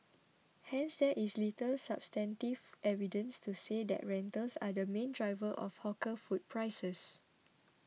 hence there is little substantive evidence to say that rentals are the main driver of hawker food prices